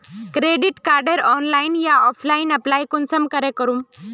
Credit कार्डेर online या offline apply कुंसम करे करूम?